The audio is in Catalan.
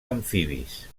amfibis